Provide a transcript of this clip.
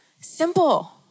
Simple